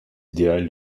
idéal